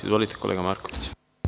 Izvolite, kolega Markoviću.